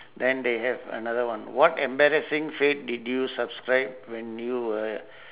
then they have another one what embarrassing fad did you subscribe when you were